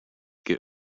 get